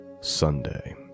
Sunday